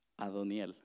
Adoniel